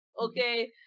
Okay